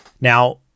Now